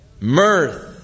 mirth